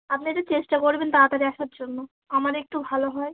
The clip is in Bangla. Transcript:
আপনি একটু চেষ্টা করবেন তাড়াতাড়ি আসার জন্য আমার একটু ভালো হয়